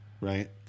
right